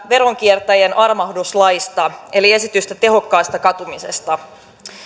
veronkiertäjien armahduslaista eli esityksen tehokkaasta katumisesta